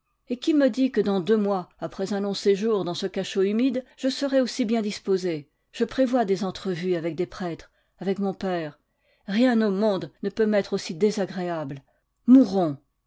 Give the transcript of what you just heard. et qui me dit que dans deux mois après un long séjour dans ce cachot humide je serai aussi bien dispose je prévois des entrevues avec des prêtres avec mon père rien au monde ne peut m'être aussi désagréable mourons